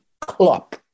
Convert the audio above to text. Klopp